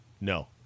No